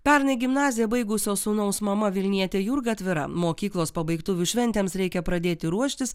pernai gimnaziją baigusio sūnaus mama vilnietė jurga atvira mokyklos pabaigtuvių šventėms reikia pradėti ruoštis